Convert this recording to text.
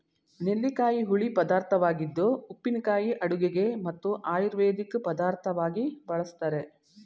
ನೆಲ್ಲಿಕಾಯಿ ಹುಳಿ ಪದಾರ್ಥವಾಗಿದ್ದು ಉಪ್ಪಿನಕಾಯಿ ಅಡುಗೆಗೆ ಮತ್ತು ಆಯುರ್ವೇದಿಕ್ ಪದಾರ್ಥವಾಗಿ ಬಳ್ಸತ್ತರೆ